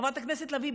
חברת הכנסת לביא,